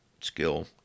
skill